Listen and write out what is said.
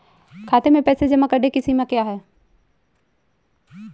खाते में पैसे जमा करने की सीमा क्या है?